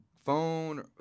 phone